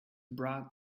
brought